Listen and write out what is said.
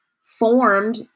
formed